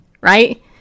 right